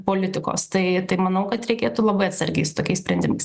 politikos tai tai manau kad reikėtų labai atsargiai su tokiais sprendimais